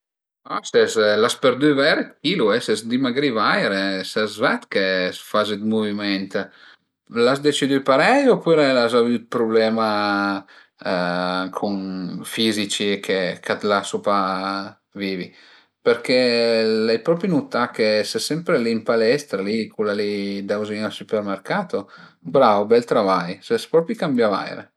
A ses, l'as perdü vaire d'chilu, ses dimagrì vaire, a s'ved che faze d'muviment, l'as decidü parei opüra l'as avü d'problema cun fizici che ch'a t'lasu pa vivi? Perché l'ai propi nutà che ses li ën palestra li cula li dauzin al supermercato, brau ,bel travai, ses propi cambià vaire